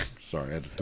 sorry